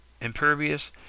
Impervious